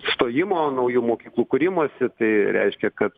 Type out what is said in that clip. stojimo naujų mokyklų kūrimosi tai reiškia kad